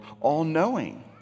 all-knowing